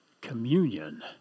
communion